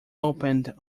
opened